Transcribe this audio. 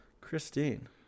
Christine